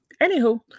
anywho